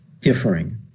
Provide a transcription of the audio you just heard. differing